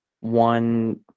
one